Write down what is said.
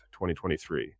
2023